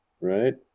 Right